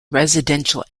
residential